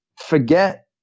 forget